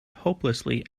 hopelessly